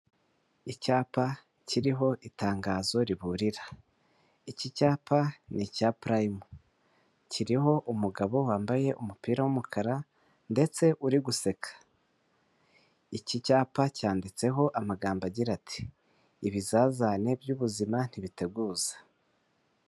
Icyapa kiriho itangazo riburira. Iki cyapa ni icya purayimu kiriho umugabo wambaye umupira w'umukara ndetse uri guseka. Iki cyapa cyanditseho amagambo agira ati ibizazane by'ubuzima ntibiteguza.